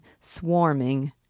swarming